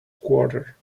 quarter